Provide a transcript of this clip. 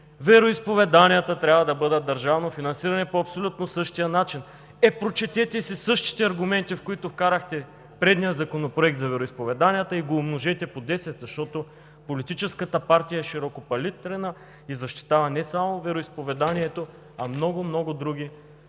вероизповеданията трябва да бъдат държавно финансирани по абсолютно същия начин. Е, прочетете си – същите са аргументите, с които вкарахте предния Законопроект за вероизповеданията, и го умножете по десет, защото политическата партия е широкопалитрена и защитава не само вероизповеданието, а много, много други интереси